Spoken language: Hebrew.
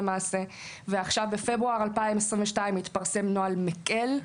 בפברואר 2022 התפרסם נוהל מקל,